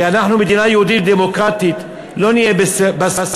כי אנחנו מדינה יהודית דמוקרטית, לא נהיה בספרים.